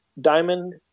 Diamond